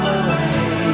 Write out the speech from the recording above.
away